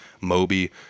Moby